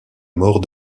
mort